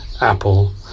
apple